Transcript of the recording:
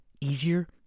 easier